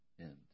end